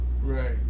Right